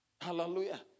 Hallelujah